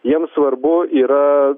jiems svarbu yra